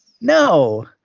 No